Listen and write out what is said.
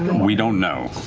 we don't know.